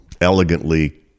elegantly